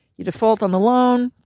you default on the loan,